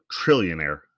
trillionaire